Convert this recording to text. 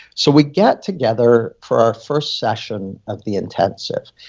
so we get together for our first session of the intensive.